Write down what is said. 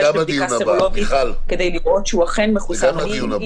לבדיקה סרולוגית כדי לראות שהוא אכן מחוסן או מחלים.